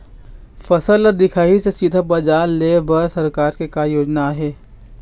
फसल ला दिखाही से सीधा बजार लेय बर सरकार के का योजना आहे?